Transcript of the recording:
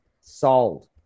sold